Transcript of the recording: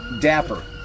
dapper